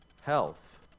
health